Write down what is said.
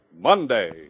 Monday